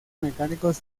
mecánicos